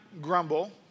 grumble